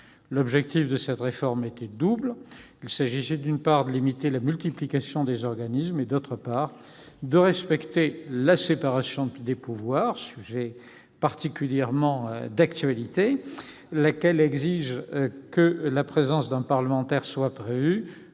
L'objectif de cette réforme était double. Il s'agissait, d'une part, de limiter la multiplication des organismes, et, d'autre part, de respecter la séparation des pouvoirs- sujet particulièrement d'actualité -, laquelle exige que la présence d'un parlementaire au